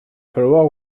falloir